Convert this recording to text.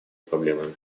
проблемами